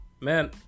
man